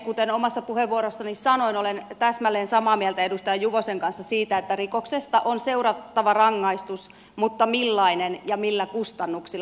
kuten omassa puheenvuorossani sanoin olen täsmälleen samaa mieltä edustaja juvosen kanssa siitä että rikoksesta on seurattava rangaistus mutta millainen ja millä kustannuksilla